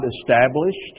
established